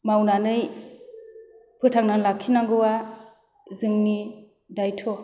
मावनानै फोथांना लाखिनांगौवा जोनि दायथ'